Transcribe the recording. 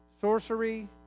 sorcery